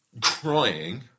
crying